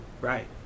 Right